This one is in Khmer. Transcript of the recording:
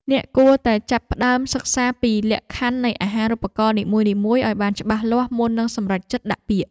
អ្នកគួរតែចាប់ផ្តើមសិក្សាពីលក្ខខណ្ឌនៃអាហារូបករណ៍នីមួយៗឱ្យបានច្បាស់លាស់មុននឹងសម្រេចចិត្តដាក់ពាក្យ។